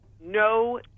no